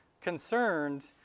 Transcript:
concerned